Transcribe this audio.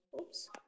Oops